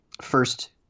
first